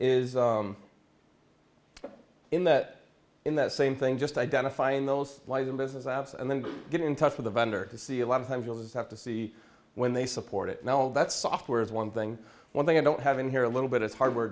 is in that in that same thing just identifying those lies in business apps and then get in touch with a vendor to see a lot of times you'll just have to see when they support it now that software is one thing one thing i don't have in here a little bit as hardware